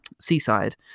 seaside